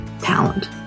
talent